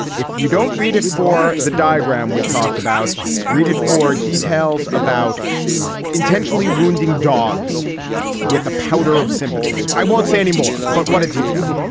if you don't read it for the diagram we talked about read it for details about intentionally wounding dogs with a powder of sympathy i won't say anymore but what a detail.